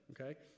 okay